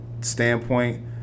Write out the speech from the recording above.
standpoint